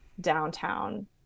downtown